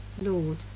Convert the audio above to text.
Lord